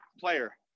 player